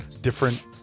different